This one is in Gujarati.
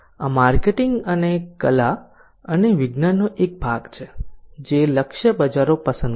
આ માર્કેટિંગ અને કલા અને વિજ્ઞાનનો એક ભાગ છે જે લક્ષ્ય બજારો પસંદ કરે છે